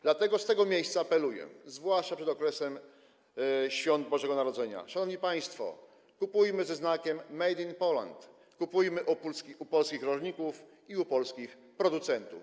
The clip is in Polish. Dlatego z tego miejsca apeluję, zwłaszcza przed okresem świąt Bożego Narodzenia: Szanowni państwo, kupujmy ze znakiem „made in Poland”, kupujmy u polskich rolników i u polskich producentów.